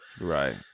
right